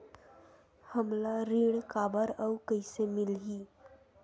हमला ऋण काबर अउ कइसे मिलही?